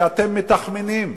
שאתם מתכמנים,